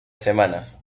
semanas